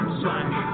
slash